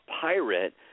pirate